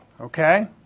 okay